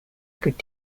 could